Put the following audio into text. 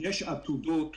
יש עתודות